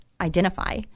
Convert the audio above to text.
identify